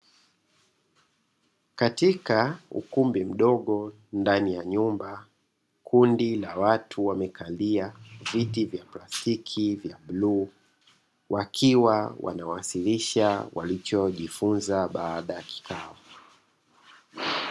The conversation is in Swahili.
Katika ukumbi mdogo ndani ya nyumba, kundi la watu wamekalia viti vya plastiki vya bluu, wakiwa wanawasilisha walichojifunza baada ya kikao.